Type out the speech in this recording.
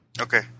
Okay